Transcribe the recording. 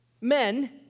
Men